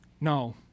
No